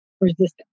resistance